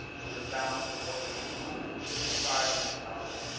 with a balance of over two hundred and fifty five million dollars.